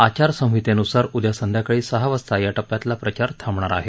आचार संहितेनुसार उद्या संध्याकाळी सहा वाजता या टप्प्यातला प्रचार थाबणार आहे